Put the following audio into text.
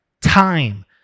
time